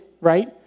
right